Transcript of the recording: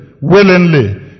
willingly